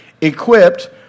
equipped